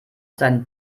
seinen